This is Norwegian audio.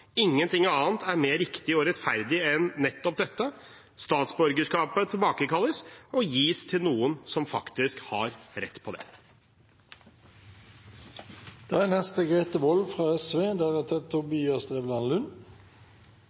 Ingenting annet er mer riktig og rettferdig enn nettopp dette. Statsborgerskapet tilbakekalles og gis til noen som faktisk har rett på det. Dette forslaget har Rødt og SV